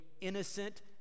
innocent